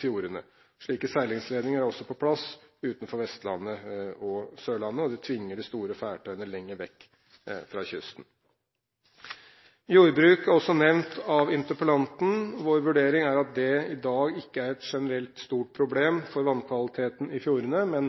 fjordene. Slike seilingsleder er også på plass utenfor Vestlandet og Sørlandet, og det tvinger de store fartøyene lenger vekk fra kysten. Jordbruk er også nevnt av interpellanten. Vår vurdering er at det i dag ikke generelt er et stort problem for vannkvaliteten i fjordene,